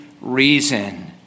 reason